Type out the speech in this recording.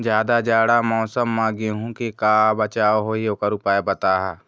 जादा जाड़ा मौसम म गेहूं के का बचाव होही ओकर उपाय बताहा?